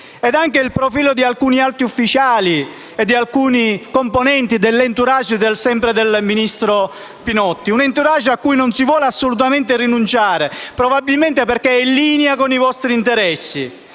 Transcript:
nonché il profilo di alcuni alti ufficiali e di una parte dell'*entourage* del ministro Pinotti, un *entourage* a cui non si vuole assolutamente rinunciare, probabilmente perché in linea anche con i suoi di interessi.